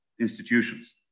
institutions